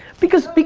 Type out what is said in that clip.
because, but